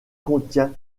contient